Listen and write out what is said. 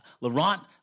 Laurent